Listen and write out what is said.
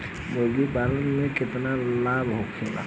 मुर्गी पालन से केतना तक लाभ होखे?